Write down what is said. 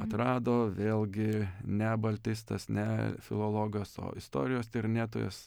atrado vėlgi ne baltistas ne filologas o istorijos tyrinėtojas